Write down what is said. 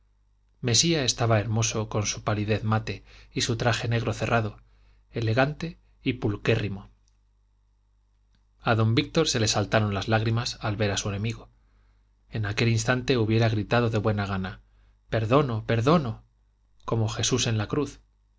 mesía estaba hermoso con su palidez mate y su traje negro cerrado elegante y pulquérrimo a don víctor se le saltaron las lágrimas al ver a su enemigo en aquel instante hubiera gritado de buena gana perdono perdono como jesús en la cruz